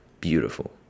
beautiful